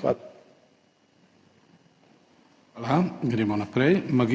Hvala. Gremo naprej. Mag.